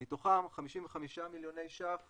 מתוכם 55 מיליוני שקלים